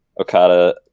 Okada